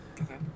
Okay